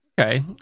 okay